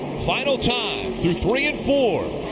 final time through three and four.